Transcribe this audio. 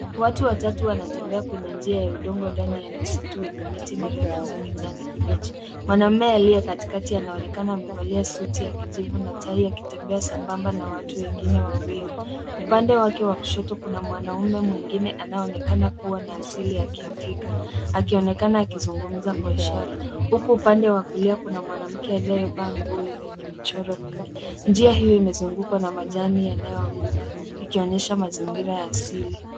Watu watatu wanatembea kwenye njia ya udongo ndani ya misitu wenye miti mirefu na kijani kibichi. Mwanaume aliye katikati anaonekana amevalia suti ya kijivu na tie akitembea sambamba na watu wengine wawili. Upande wake wa kushoto kuna mwanaume mwingine anayeonekana kuwa na asili ya Kiafrika akionekana akizungumza kwa ishara, huku upande wa kulia kuna mwanamke aliyevaa nguo yenye michoro mingi. Njia hio imezungukwa na majani yanayoanguka, ikionyesha mazingira ya asili.